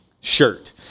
shirt